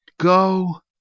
Go